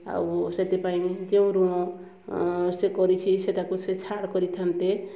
ଆଉ ସେଥିପାଇଁ ଯେଉଁ ଋଣ ସେ କରିଛି ସେଇଟାକୁ ସେ ଛାଡ଼ କରିଥାନ୍ତେ